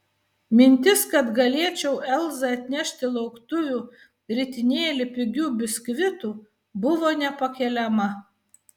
mintis kad galėčiau elzai atnešti lauktuvių ritinėlį pigių biskvitų buvo nepakeliama